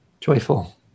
Joyful